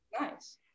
Nice